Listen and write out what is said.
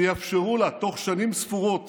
שיאפשרו לה תוך שנים ספורות